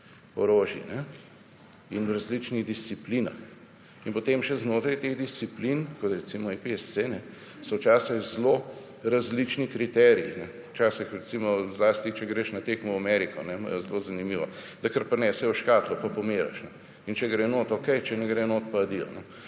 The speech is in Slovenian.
orožji in v različnih disciplinah in potem še znotraj teh disciplin kot recimo / nerazumljivo/ so včasih zelo različni kriteriji. Včasih recimo zlasti, če greš na tekmo v Ameriko imajo zelo zanimivo, da kar prinesejo škatlo pa pomeriš. Če gre notri okej, če ne gre notri pa adijo